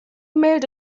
mailed